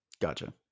Gotcha